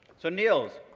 so niels